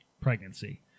pregnancy